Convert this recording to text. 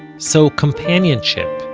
so companionship,